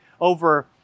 over